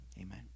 Amen